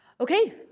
Okay